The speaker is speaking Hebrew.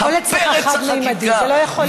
הכול אצלך חד-ממדי, זה לא יכול להיות אחרת.